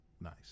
Nice